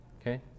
Okay